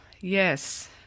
Yes